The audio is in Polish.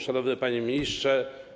Szanowny Panie Ministrze!